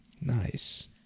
Nice